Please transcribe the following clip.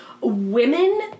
women